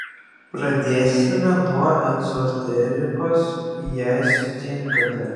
pradėsime nuo ezoterikos jei sutinkate